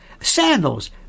sandals